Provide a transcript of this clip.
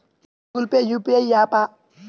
Google Pay UPI య్యాపా?